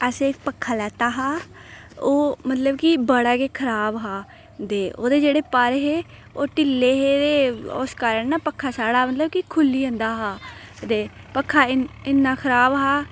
असें इक पक्खा लैता हा ओह् मतलब कि बड़ा गै खराब हा दे ओह्दे जेह्ड़े पर हे ओह् ढिल्ले हे ते उस कारण ना पक्खा साढ़ा मतलब कि खुह्ल्ली जंदा हा ते पक्खा इन्ना खराब हा